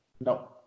No